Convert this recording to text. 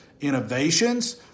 innovations